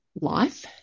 life